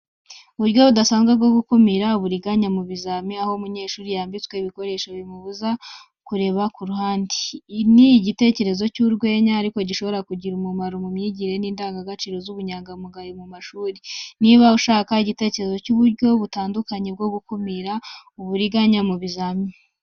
Uburyo budasanzwe bwo gukumira uburiganya mu bizamini, aho umunyeshuri yambitswe ibikoresho bimubuza kureba ku ruhande. Ni igitekerezo cy’urwenya ariko gishobora no kugira akamaro mu myigire n’indangagaciro z’ubunyangamugayo mu mashuri. Niba ushaka igitekerezo cy’uburyo butandukanye bwo gukumira uburiganya mu bizamini.